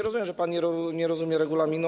Rozumiem, że pan nie rozumie regulaminu.